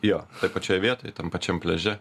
jo pačioj vietoj tam pačiam pliaže